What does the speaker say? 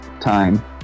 time